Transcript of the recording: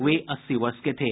वे अस्सी वर्ष के थे